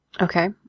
Okay